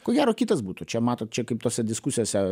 ko gero kitas būtų čia matot kaip tose diskusijose